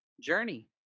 journey